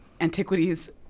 antiquities